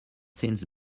since